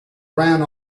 ran